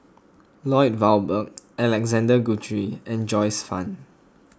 Lloyd Valberg Alexander Guthrie and Joyce Fan